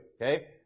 Okay